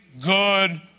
good